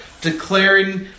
declaring